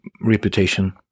Reputation